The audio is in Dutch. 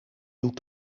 doe